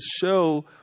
show